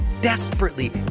desperately